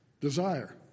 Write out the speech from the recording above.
desire